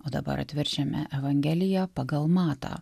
o dabar atverčiame evangeliją pagal matą